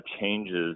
changes